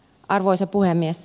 arvoisa puhemies